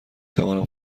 توانم